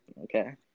Okay